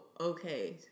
okay